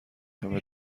همه